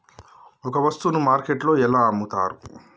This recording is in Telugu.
ఒక వస్తువును మార్కెట్లో ఎలా అమ్ముతరు?